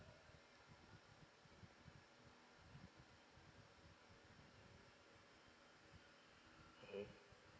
mmhmm